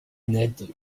annette